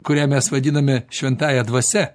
kurią mes vadiname šventąja dvasia